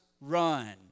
run